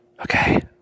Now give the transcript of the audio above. Okay